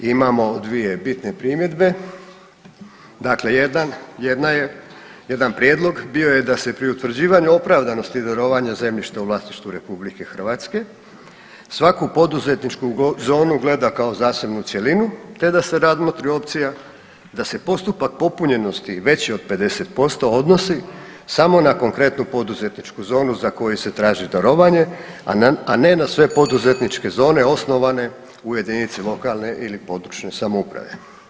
Imamo dvije bitne primjedbe, dakle jedan, jedna je jedan prijedlog, bio je da se pri utvrđivanju opravdanosti darovanja zemljišta u vlasništvu RH svaku poduzetničku zonu gleda kao zasebnu cjelinu te da se razmotri opcija da se postupak popunjenosti veći od 50% odnosi samo na konkretnu poduzetničku zonu za koju se traži darovanje, a ne na sve poduzetničke zone osnovane u jedinici lokalne ili područne samouprave.